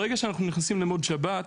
ברגע שאנחנו נכנסים למצב שבת,